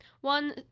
one